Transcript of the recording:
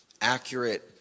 accurate